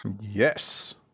yes